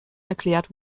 erklärt